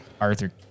arthur